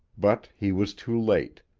but he was too late.